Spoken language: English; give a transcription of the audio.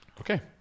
Okay